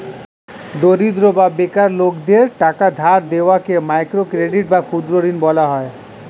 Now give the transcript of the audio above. দরিদ্র এবং বেকার লোকদের টাকা ধার দেওয়াকে মাইক্রো ক্রেডিট বা ক্ষুদ্র ঋণ বলা হয়